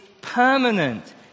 permanent